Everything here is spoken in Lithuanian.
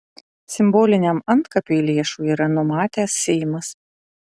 simboliniam antkapiui lėšų yra numatęs seimas